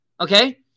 Okay